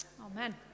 amen